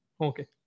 Okay